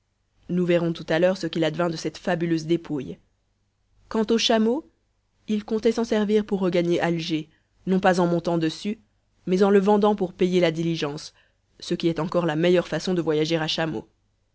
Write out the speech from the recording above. quant au chameau il comptait s'en servir pour regagner alger non pas en montant dessus mais en le vendant pour payer la diligence ce qui est encore la meilleure façon de voyager à chameau